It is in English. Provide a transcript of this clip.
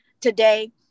today